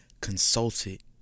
consulted